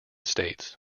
states